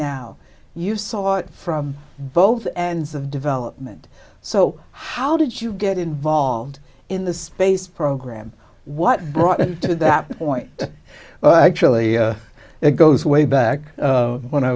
now you saw it from both ends of development so how did you get involved in the space program what brought you to that point well actually it goes way back when i